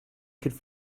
could